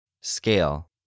Scale